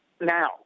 Now